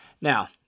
Now